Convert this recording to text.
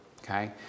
Okay